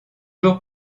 jours